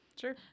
Sure